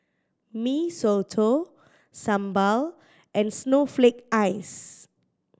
Mee Soto sambal and snowflake ice